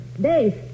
Dave